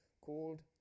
called